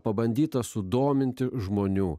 pabandyta sudominti žmonių